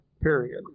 period